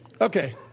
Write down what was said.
okay